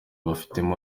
bafitemo